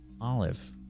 Olive